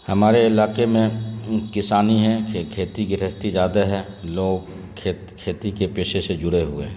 ہمارے علاقے میں کسانی ہیں کھیتی گرہستی زیادہ ہے لوگ کھیت کھیتی کے پیشے شے جڑے ہوئے ہیں